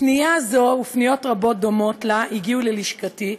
פנייה זו ופניות רבות דומות לה הגיעו ללשכתי,